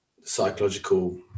psychological